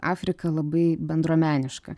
afrika labai bendruomeniška